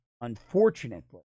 unfortunately